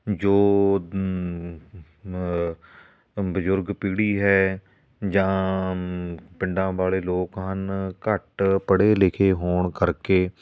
ਜੋ ਬਜ਼ੁਰਗ ਪੀੜ੍ਹੀ ਹੈ ਜਾਂ ਪਿੰਡਾਂ ਵਾਲੇ ਲੋਕ ਹਨ ਘੱਟ ਪੜ੍ਹੇ ਲਿਖੇ ਹੋਣ ਕਰਕੇ